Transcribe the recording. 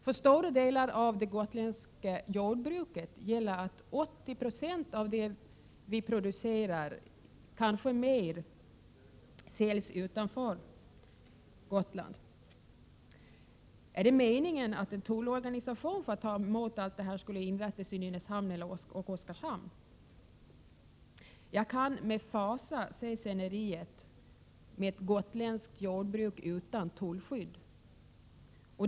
För stora delar av det gotländska jordbruket t.ex. gäller att 80 20, ja, kanske mer, av det som produceras säljs utanför Gotland. Är det meningen att en tullorganisation skall inrättas i Nynäshamn eller Oskarshamn för att ta emot alla varor? Med fasa ser jag framför mig ett gotländskt jordbruk utan tullskydd.